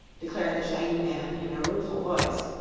declared the shaggy man, in a rueful voice,